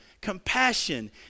compassion